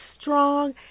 strong